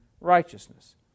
righteousness